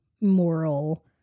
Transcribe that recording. moral